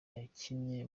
yakinnye